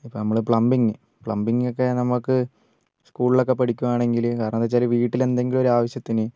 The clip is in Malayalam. ഇപ്പോൾ നമ്മൾ പ്ലംബിംഗ് പ്ലംബിംഗിനൊക്കെ നമുക്ക് സ്കൂളിലൊക്കെ പഠിക്കുകയാണെങ്കിൽ കാരണമെന്താണെന്നു വച്ചാൽ വീട്ടിൽ എന്തെങ്കിലും ഒരു ആവശ്യത്തിന്